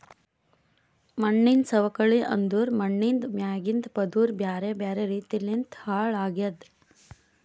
ಮಣ್ಣಿನ ಸವಕಳಿ ಅಂದುರ್ ಮಣ್ಣಿಂದ್ ಮ್ಯಾಗಿಂದ್ ಪದುರ್ ಬ್ಯಾರೆ ಬ್ಯಾರೆ ರೀತಿ ಲಿಂತ್ ಹಾಳ್ ಆಗದ್